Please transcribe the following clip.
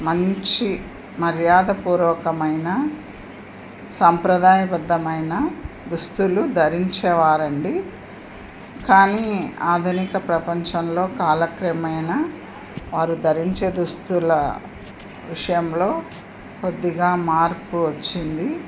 మంచి మర్యాదపూర్వకమైన సాందాయబద్దమైన దుస్తులు ధరించే వారు అండి కానీ ఆధునిక ప్రపంచంలో కాలక్రమేణ వారు ధరించే దుస్తుల విషయంలో కొద్దిగా మార్పు వచ్చింది